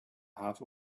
half